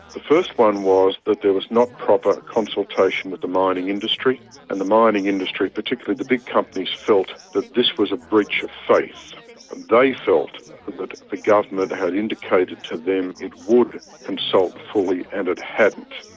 the first one was that there was not proper consultation with the mining industry and the mining industry, particularly the big companies, felt that this was a breach of faith and they felt that the government had indicated to them it would consult fully and it hadn't.